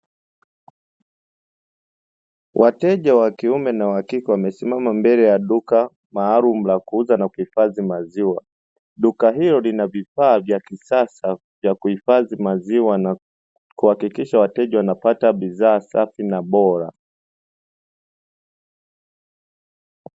Wateja wa kiume na wa kike wamesimama mbele ya duka maalumu la kuuza na kuhifadhi maziwa. Duka hilo lina vifaa vya kisasa vya kuhifadhi maziwa na kuhakikisha wateja wanapata bidhaa safi na bora.